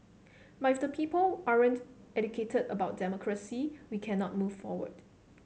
but if the people aren't educated about democracy we cannot move forward